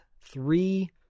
three